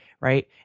right